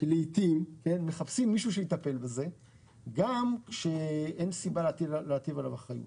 לעיתים מחפשים מישהו שיטפל בזה גם כשאין סיבה להטיל עליו אחריות.